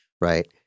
right